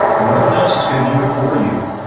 no one else is going to do it for you,